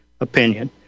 opinion